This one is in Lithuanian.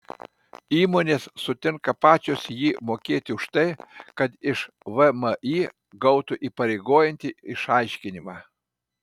įmonės sutinka pačios jį mokėti už tai kad iš vmi gautų įpareigojantį išaiškinimą